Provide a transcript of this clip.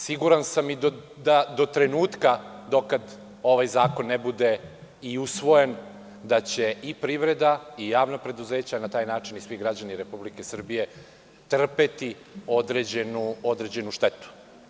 Siguran sam i da do trenutka do kada ovaj zakon ne bude i usvojen da će i privreda i javna preduzeća na taj način, i svi građani Republike Srbije trpeti određenu štetu.